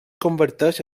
converteix